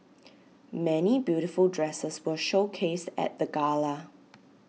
many beautiful dresses were showcased at the gala